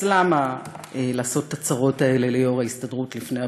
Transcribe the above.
אז למה לעשות את הצרות האלה ליו"ר ההסתדרות לפני הבחירות?